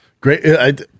Great